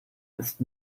ist